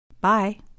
Bye